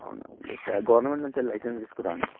అవునా అండి గవర్నమెంట్ నుంచి లైసెన్స్ తీసుకుర్రా అండి